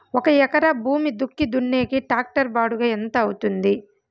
ఒక ఎకరా భూమి దుక్కి దున్నేకి టాక్టర్ బాడుగ ఎంత అవుతుంది?